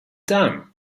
down